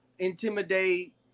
intimidate